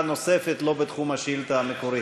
51 ימים של לחימה, 74 הרוגים,